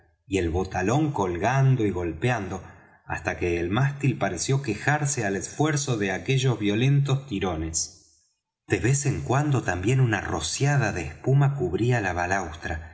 y el botalón colgando y golpeando hasta que el mástil pareció quejarse al esfuerzo de aquellos violentos tirones de vez en cuando también una rociada de espuma cubría la balaustra